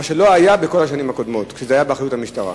מה שלא היה בכל השנים הקודמות כשזה היה באחריות המשטרה.